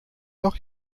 noch